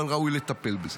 אבל ראוי לטפל בזה.